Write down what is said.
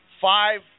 Five